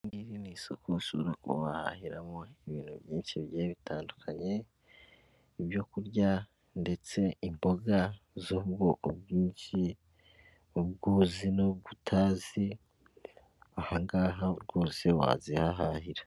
Ni isoko ushobora kuba wahahiramo ibintu byinshi bigiye bitandukanye ibyo kurya ndetse imboga z'ubwoko bwinshi ubwo uzi n'ubwo utazi ahangaha rwose wazihahahira.